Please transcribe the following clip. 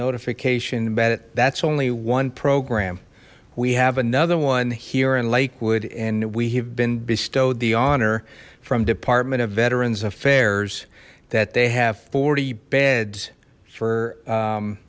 notification but that's only one program we have another one here in lakewood and we have been bestowed the honor from department of veterans affairs that they have forty beds for